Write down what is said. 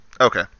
Okay